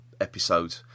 episode